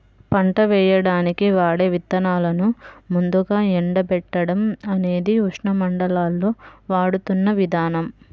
పంట వేయడానికి వాడే విత్తనాలను ముందుగా ఎండబెట్టడం అనేది ఉష్ణమండలాల్లో వాడుతున్న విధానం